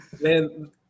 Man